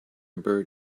bird